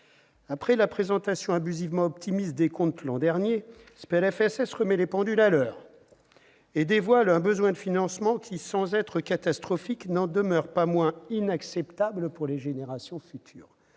Après la présentation abusivement optimiste des comptes l'an dernier, ce PLFSS remet les pendules à l'heure. Il dévoile un besoin de financement qui, sans être catastrophique, n'en demeure pas moins, me semble-t-il, inacceptable pour les générations futures,